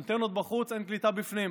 אנטנות בחוץ, אין קליטה בפנים,